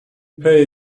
pay